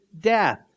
death